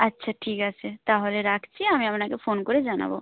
আচ্ছা ঠিক আছে তাহলে রাখছি আমি আপনাকে ফোন করে জানাব